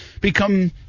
become